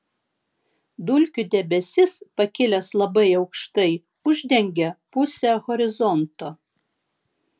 dulkių debesis pakilęs labai aukštai uždengia pusę horizonto